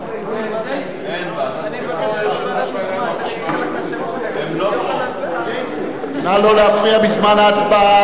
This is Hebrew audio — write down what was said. סיעת קדימה להביע אי-אמון בממשלה לא נתקבלה.